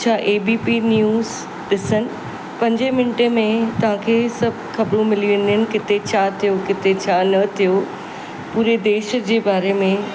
छा ABP News ॾिसण पंजे मिंटे में तव्हांखे सभु ख़बरूं मिली वेंदियूं आहिनि किथे छा थियो किथे छा न थियो पूरे देश जे बारे में